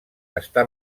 està